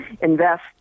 invest